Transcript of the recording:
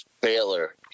Baylor